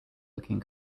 looking